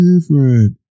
different